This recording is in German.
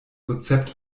rezept